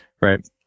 Right